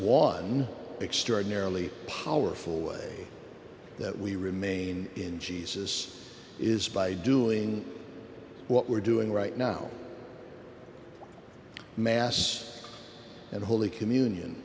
was extraordinarily powerful way that we remain in jesus is by doing what we're doing right now mass and holy communion